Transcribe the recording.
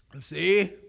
See